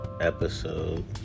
episode